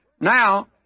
Now